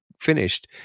finished